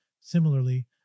Similarly